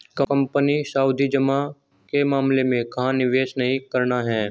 Company सावधि जमा के मामले में कहाँ निवेश नहीं करना है?